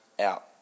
out